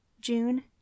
June